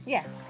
Yes